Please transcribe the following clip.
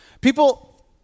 People